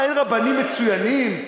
מה, אין רבנים מצוינים?